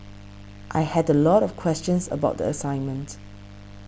I had a lot of questions about the assignment